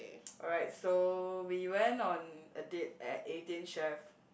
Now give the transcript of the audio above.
alright so we went on a date at Eighteen-Chef